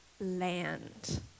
land